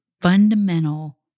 fundamental